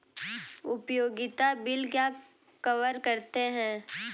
उपयोगिता बिल क्या कवर करते हैं?